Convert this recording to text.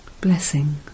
blessing